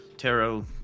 Tarot